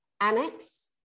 Annex